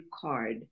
card